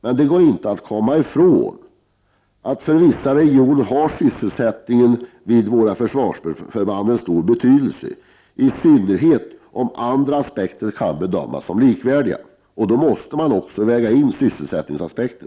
Det går dock inte att komma ifrån att för vissa regioner har sysselsättningen vid våra försvarsförband en stor betydelse, och i synnerhet om andra aspekter kan bedömas vara likvärdiga måste man väga in sysselsättningsaspekten.